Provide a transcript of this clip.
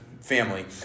family